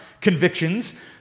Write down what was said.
convictions